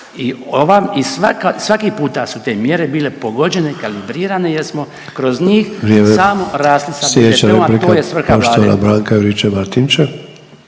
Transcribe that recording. i svaki puta su te mjere bile pogođene, kalibrirane jer smo kroz njih samo rasli sa BDP-om, a to je svrha Vlade.